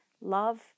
love